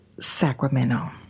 Sacramento